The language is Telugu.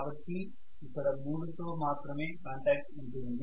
కాబట్టి ఇక్కడ 3 తో మాత్రమే కాంటాక్ట్ ఉంటుంది